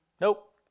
Nope